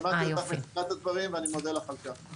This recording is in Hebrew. שמעתי אותך בתחילת הדברים, ואני מודה לך על כך.